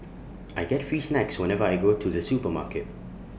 I get free snacks whenever I go to the supermarket